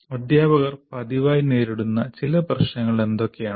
അധ്യാപകർ പതിവായി നേരിടുന്ന ചില പ്രശ്നങ്ങൾ എന്തൊക്കെയാണ്